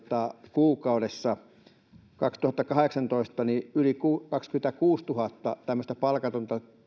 kuukaudessa ja vuonna kaksituhattakahdeksantoista yli kaksikymmentäkuusituhatta tämmöistä palkatonta